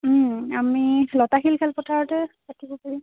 আমি লতাশিল খেল পথাৰতে পাতিব পাৰিম